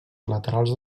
laterals